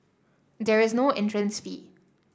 there is no entrance fee